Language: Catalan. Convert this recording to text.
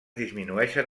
disminueixen